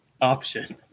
option